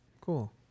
cool